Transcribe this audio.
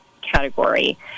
category